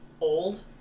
old